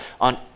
on